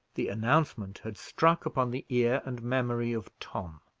the announcement had struck upon the ear and memory of tom.